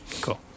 Cool